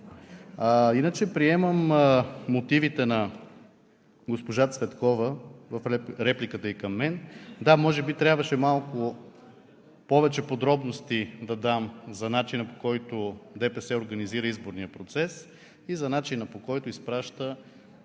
иначе приемам мотивите на госпожа Цветкова в репликата ѝ към мен. Да, може би трябваше малко повече подробности да дам за начина, по който ДПС организира изборния процес, и за начина, по който изпраща